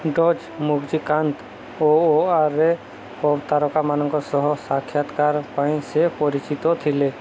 Dutch ମୁଜିକ୍କ୍ରାନ୍ତ ଓ ଓଆର୍ରେ ପପ୍ ତାରକାମାନଙ୍କ ସହ ସାକ୍ଷାତକାର ପାଇଁ ସେ ପରିଚିତ ଥିଲେ